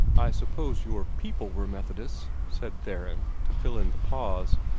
i suppose your people were methodists, said theron, to fill in the pause,